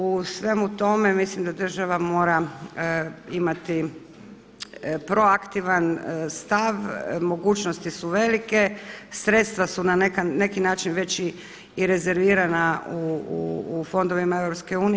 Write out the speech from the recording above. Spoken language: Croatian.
U svemu tome mislim da država mora imati proaktivan stav, mogućnosti su velike, sredstva su na neki način već i rezervirana u fondovima EU.